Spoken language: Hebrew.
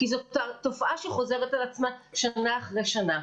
זאת תופעה שחוזרת על עצמה שנה אחרי שנה.